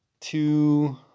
two